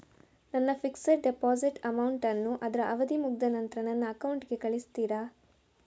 ನನ್ನ fixed deposit amount ಅನ್ನು ಅದ್ರ ಅವಧಿ ಮುಗ್ದ ನಂತ್ರ ನನ್ನ ಅಕೌಂಟ್ ಗೆ ಕಳಿಸ್ತೀರಾ?